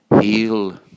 Heal